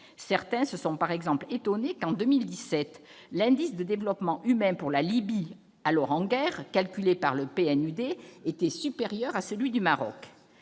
Certains se sont par exemple étonnés que, en 2017, l'indice de développement humain de la Libye, alors en guerre, tel que calculé par le PNUD, ait été supérieur à celui du Maroc